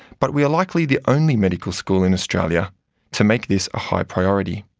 but we are likely the only medical school in australia to make this a high priority.